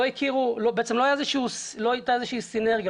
לא הייתה סינרגיה,